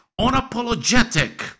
unapologetic